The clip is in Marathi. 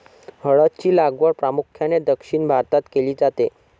हळद ची लागवड प्रामुख्याने दक्षिण भारतात केली जाते